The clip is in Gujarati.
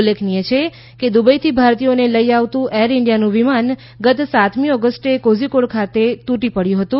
ઉલ્લેખનીય છેકે દુબઈથી ભારતીયોને લઈ આવતું એર ઈન્ડિયાનું વિમાન ગત સાતમી ઓગસ્ટે કોઝીકોડ ખાતે તૂટી પડ્યું હતું